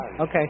Okay